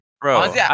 Bro